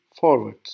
forward